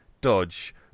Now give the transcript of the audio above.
dodge